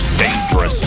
dangerous